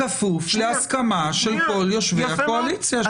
בכפוף להסכמה של כל יושבי הקואליציה,